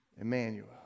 Emmanuel